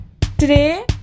Today